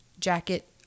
jacket